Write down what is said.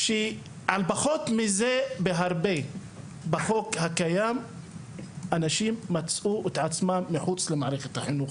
שעל פחות מזה בהרבה בחוק הקיים אנשים מצאו את עצמם מחוץ למערכת החינוך.